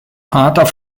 vater